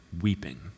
weeping